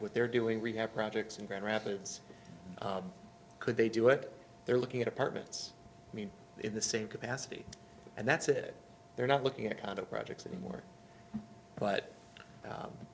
what they're doing rehab projects in grand rapids could they do it they're looking at apartments in the same capacity and that's it they're not looking at condo projects anymore but